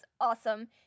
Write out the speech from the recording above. awesome